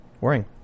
worrying